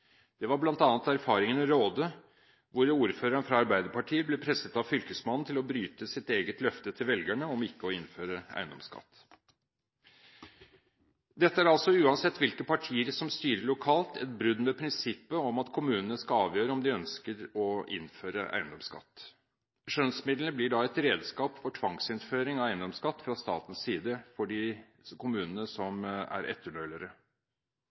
Det var bl.a. erfaringen i Råde, hvor ordføreren fra Arbeiderpartiet ble presset av Fylkesmannen til å bryte sitt eget løfte til velgerne om ikke å innføre eiendomsskatt. Dette er altså, uansett hvilke partier som styrer lokalt, et brudd med prinsippet om at kommunene skal avgjøre om de ønsker å innføre eiendomsskatt. Skjønnsmidlene blir da et redskap for tvangsinnføring av eiendomsskatt fra statens side for de kommunene som er etternølere.